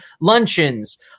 luncheons